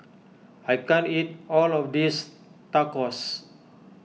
I can't eat all of this Tacos